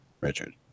Richard